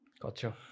gotcha